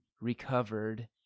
recovered